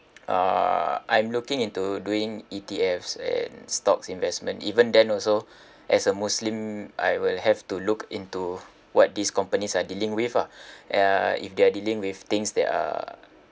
uh I'm looking into doing E_T_Fs and stocks investment even then also as a muslim I will have to look into what these companies are dealing with ah uh if they're dealing with things that are